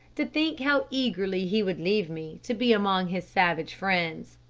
to think how eagerly he would leave me to be among his savage friends.